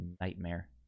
nightmare